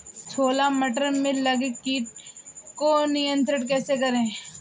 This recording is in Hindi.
छोला मटर में लगे कीट को नियंत्रण कैसे करें?